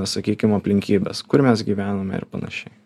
sakykim aplinkybes kur mes gyvename ir panašiai